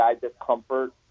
discomfort